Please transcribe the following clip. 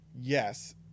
yes